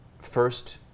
first